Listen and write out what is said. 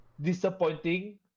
disappointing